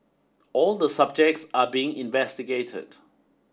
all the subjects are being investigated